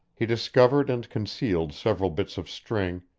he discovered and concealed several bits of string,